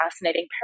fascinating